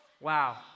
Wow